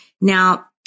Now